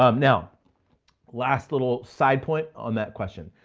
um now last little side point on that question.